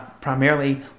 primarily